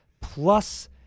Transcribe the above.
plus